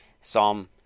Psalm